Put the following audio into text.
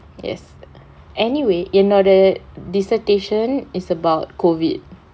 yes anyway என்னோட:ennoda dissertation is about COVID